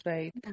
Right